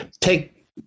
take